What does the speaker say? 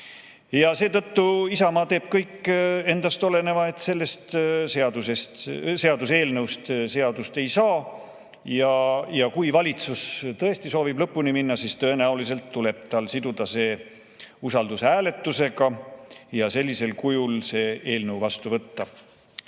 Seetõttu teeb Isamaa kõik endast oleneva, et sellest seaduseelnõust seadust ei saaks. Kui valitsus tõesti soovib lõpuni minna, siis tõenäoliselt tuleb tal siduda see usaldushääletusega ja sellisel kujul see eelnõu vastu võtta.